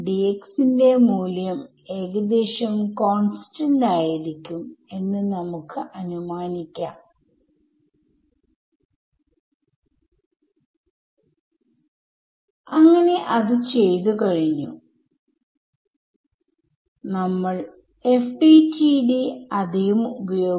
പക്ഷെ ഇപ്പോൾ നെ അപ്രോക്സിമേറ്റ്ചെയ്യാൻ എനിക്ക് 3 മൂല്യങ്ങൾ വേണം മുമ്പ് 2 മതിയായിരുന്നു